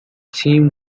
team